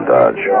Dodge